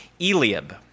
Eliab